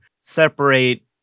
separate